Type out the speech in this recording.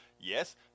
Yes